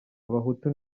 abahutu